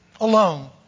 Alone